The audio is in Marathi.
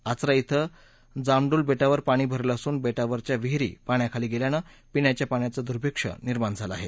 आचरा इथंही जामडुल बेटावर पाणी भरलं असून बेटावरच्या विहिरी पाण्याखाली गेल्यानं पिण्याच्या पाण्याचं दुर्भिक्ष्य निर्माण झालं आहे